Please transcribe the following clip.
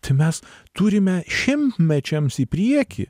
tai mes turime šimtmečiams į priekį